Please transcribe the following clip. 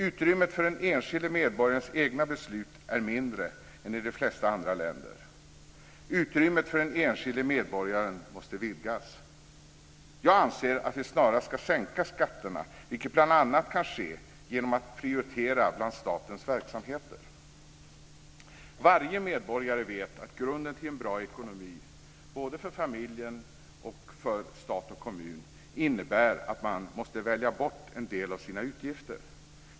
Utrymmet för den enskilde medborgarens egna beslut är mindre än i de flesta andra länder. Utrymmet för den enskilde medborgaren måste vidgas. Jag anser att vi snarast ska sänka skatterna, vilket bl.a. kan ske genom en prioritering bland statens verksamheter. Varje medborgare vet att grunden till en bra ekonomi, både för familjen och för stat och kommun, innebär att man måste välja bort en del av sina utgifter.